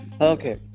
okay